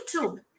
youtube